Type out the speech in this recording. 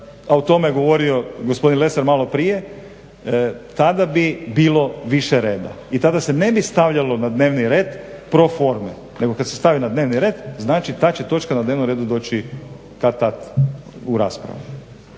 a o tome je govorio gospodin Lesar malo prije tada bi bilo više reda i tada se ne bi stavljalo na dnevni red pro forme. Nego kada se stavi na dnevni red znači ta će točka na dnevnom redu doći kad-tad u raspravu